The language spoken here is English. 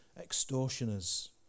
extortioners